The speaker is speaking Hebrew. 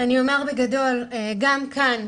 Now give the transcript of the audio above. גם כאן,